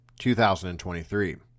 2023